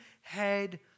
head